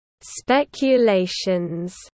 Speculations